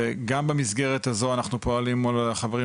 גם במסגרת הזו אנחנו פועלים מול החברים